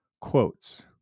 Quotes